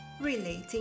Relating